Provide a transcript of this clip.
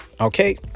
Okay